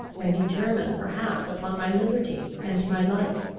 and determine perhaps upon my liberty and my life.